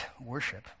worship